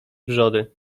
wrzody